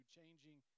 changing